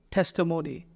Testimony